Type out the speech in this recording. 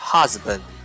Husband